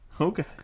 Okay